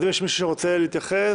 אז יש מישהו שרוצה להתייחס?